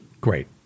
Great